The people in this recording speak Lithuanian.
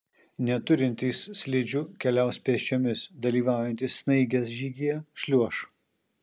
neturintys slidžių keliaus pėsčiomis dalyvaujantys snaigės žygyje šliuoš